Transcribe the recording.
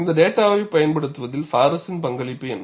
இந்தத் டேட்டாவைப் பயன்படுத்துவதில் பாரிஸின் பங்களிப்பு என்ன